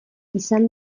izan